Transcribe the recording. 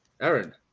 Aaron